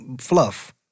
fluff